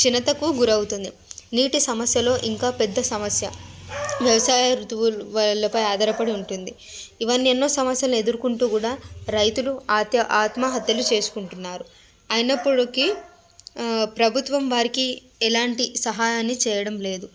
క్షిణతకు గురి అవుతుంది నీటి సమస్యలు ఇంకా పెద్ద సమస్య వ్యవసాయ ఋతువులు వీళ్ళపై ఆధారపడి ఉంటుంది ఇవన్నీ ఎన్నో సమస్యలు ఎదుర్కుంటూ కూడా రైతులు ఆత్య ఆత్మహత్యలు చేసుకుంటున్నారు అయినప్పుడుకీ ప్రభుత్వం వారికి ఎలాంటి సహాయాన్నీ చేయడంలేదు